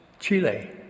Chile